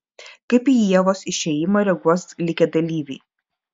kaip į ievos išėjimą reaguos likę dalyviai